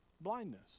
Blindness